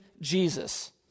Jesus